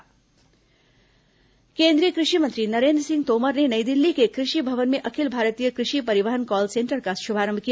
corona कृषि मंत्री केन्द्रीय कृषि मंत्री नरेन्द्र सिंह तोमर ने नई दिल्ली के कृषि भवन में अखिल भारतीय कृषि परिवहन कॉल सेंटर का शुभारंभ किया